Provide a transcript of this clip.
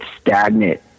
stagnant